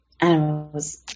Animals